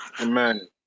Amen